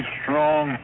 strong